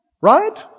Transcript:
Right